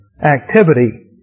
activity